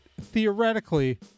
theoretically